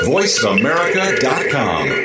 VoiceAmerica.com